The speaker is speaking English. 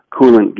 coolant